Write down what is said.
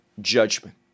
judgment